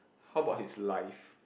how about his life